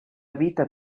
vita